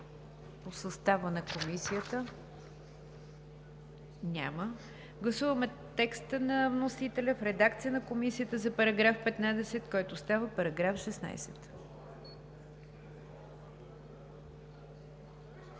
по състава на комисията? Няма. Гласуваме текста на вносителя в редакцията на Комисията за § 15, който става § 16.